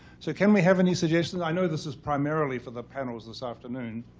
so can we have any suggestion? i know this is primarily for the panels this afternoon.